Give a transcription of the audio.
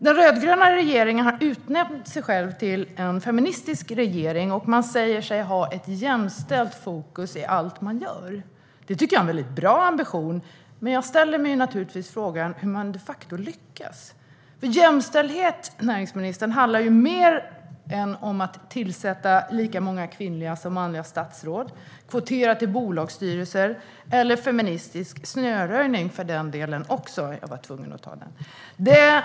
Den rödgröna regeringen har utnämnt sig själv till en feministisk regering, och den säger sig ha ett jämställt fokus i allt den gör. Jag tycker att det är en bra ambition, men jag undrar naturligtvis hur den de facto lyckas. För jämställdhet, näringsministern, handlar om mer än att tillsätta lika många kvinnliga som manliga statsråd och att kvotera till bolagsstyrelser eller om feministisk snöröjning för den delen - jag var bara tvungen att ta upp det där sista.